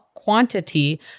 quantity